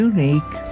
Unique